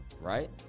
right